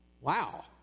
Wow